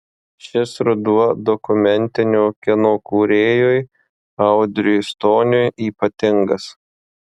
šis ruduo dokumentinio kino kūrėjui audriui stoniui ypatingas